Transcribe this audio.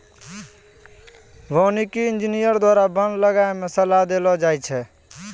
वानिकी इंजीनियर द्वारा वन लगाय मे सलाह देलो जाय छै